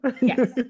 yes